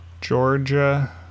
Georgia